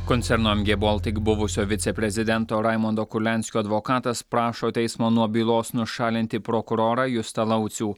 koncerno mg baltic buvusio viceprezidento raimondo kurlianskio advokatas prašo teismo nuo bylos nušalinti prokurorą justą laucių